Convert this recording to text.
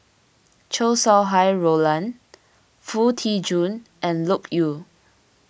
Chow Sau Hai Roland Foo Tee Jun and Loke Yew